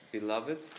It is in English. Beloved